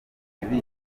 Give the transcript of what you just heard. banjye